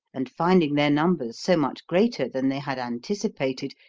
and, finding their numbers so much greater than they had anticipated,